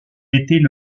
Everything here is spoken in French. était